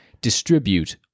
distribute